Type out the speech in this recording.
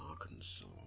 Arkansas